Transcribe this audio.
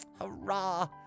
Hurrah